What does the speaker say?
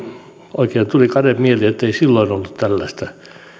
oikein tuli kade mieli ettei silloin ollut tällaista